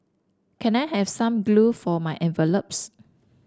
can I have some glue for my envelopes